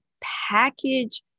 package